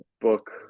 book